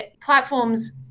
platforms